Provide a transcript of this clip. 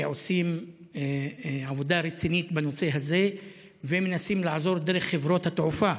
שעושים עבודה רצינית בנושא הזה ומנסים לעזור דרך חברות התעופה,